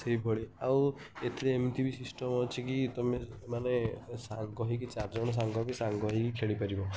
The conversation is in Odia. ସେଇଭଳି ଆଉ ଏଥିରେ ଏମିତି ବି ସିଷ୍ଟମ୍ ଅଛି କି ତୁମେମାନେ ସାଙ୍ଗ ହେଇକି ଚାରିଜଣ ସାଙ୍ଗ ବି ସାଙ୍ଗ ହେଇକି ଖେଳିପାରିବ